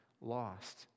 lost